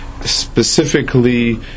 specifically